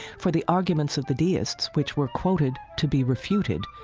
for the arguments of the deists, which were quoted to be refuted,